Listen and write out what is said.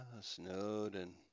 Snowden